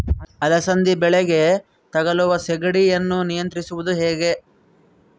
ಅಲಸಂದಿ ಬಳ್ಳಿಗೆ ತಗುಲುವ ಸೇಗಡಿ ಯನ್ನು ನಿಯಂತ್ರಿಸುವುದು ಹೇಗೆ?